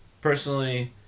personally